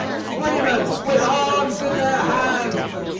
freemen with arms in their hands.